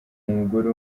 umugore